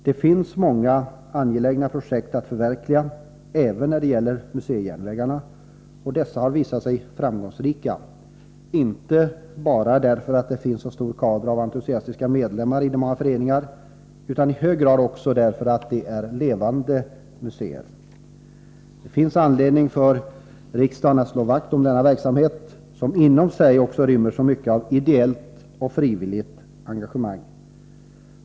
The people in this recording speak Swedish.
Det finns många angelägna projekt att förverkliga. Museijärnvägarna har visat sig framgångsrika inte bara därför att det finns en så stor kader av entusiastiska medlemmar i de många föreningarna utan också i hög grad därför att de är levande museer. Det finns anledning för riksdagen att slå vakt om denna verksamhet, som inom sig rymmer så mycket av ideellt och frivilligt engagemang.